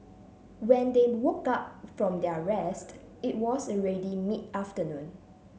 when they woke up from their rest it was already mid afternoon